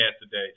today